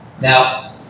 Now